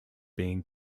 being